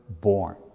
born